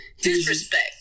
Disrespect